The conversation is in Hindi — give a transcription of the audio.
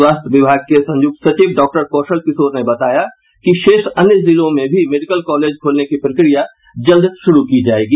स्वास्थ्य विभाग के संयुक्त सचिव डाक्टर कौशल किशोर ने बताया कि शेष अन्य जिलों में भी मेडिकल कॉलेज खोलने की प्रक्रिया जल्द शुरू की जायेगी